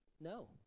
no